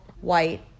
white